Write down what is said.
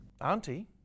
Auntie